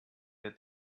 that